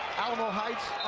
alamo heights,